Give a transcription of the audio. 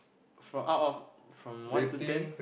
from out of from one to ten